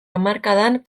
hamarkadan